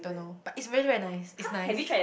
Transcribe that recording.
don't know but it's really very nice it's nice